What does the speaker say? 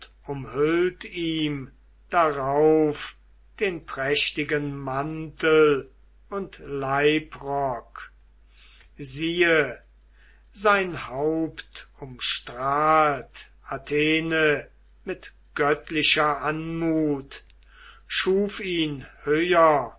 umhüllt ihm darauf den prächtigen mantel und leibrock siehe sein haupt umstrahlt athene mit göttlicher anmut schuf ihn höher